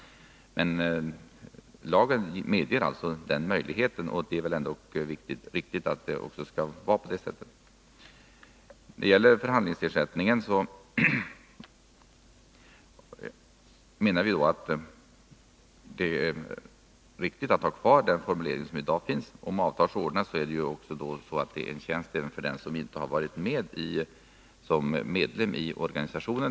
Men lagen medger möjligheten, och det är väl också riktigt. När det gäller förhandlingsersättningen menar vi att det är riktigt att ha kvar den formulering som i dag finns. Om avtal ordnas innebär det ju en tjänst även för den som inte varit med som medlem i organisationen.